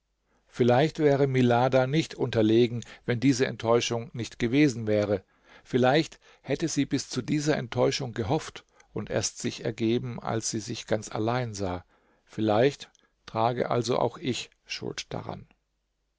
vielleicht wäre milada nicht unterlegen wenn diese enttäuschung nicht gewesen wäre vielleicht hatte sie bis zu dieser enttäuschung gehofft und erst sich ergeben als sie sich ganz allein sah vielleicht trage also auch ich schuld daran